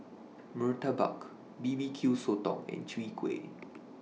Murtabak B B Q Sotong and Chwee Kueh